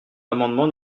l’amendement